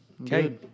Okay